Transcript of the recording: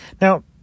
Now